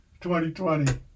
2020